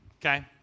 okay